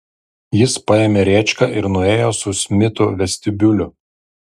jis paėmė rėčką ir nuėjo su smitu vestibiuliu